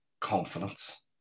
confidence